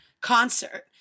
concert